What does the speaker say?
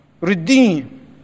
redeem